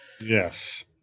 yes